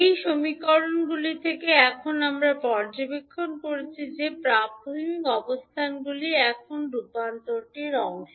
এখন এই সমীকরণগুলি থেকে আমরা পর্যবেক্ষণ করেছি যে প্রাথমিক অবস্থাগুলি এখন রূপান্তরটির অংশ